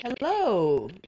Hello